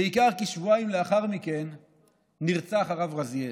בעיקר כי שבועיים לאחר מכן נרצח הרב רזיאל,